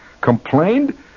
complained